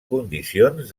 condicions